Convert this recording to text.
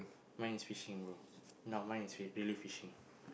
mine is fishing bro no mine is re~ really fishing